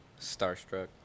Starstruck